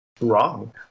wrong